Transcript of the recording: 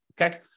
Okay